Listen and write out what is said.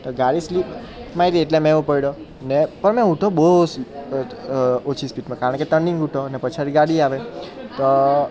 તો ગાડી સ્લીપ મારી એટલે મે હું પડ્યો ને પણ હું તો બહું ઓછી સ્પીડમાં કારણ કે ટર્નિંગ હતું અને પાછળથી ગાડી આવે તો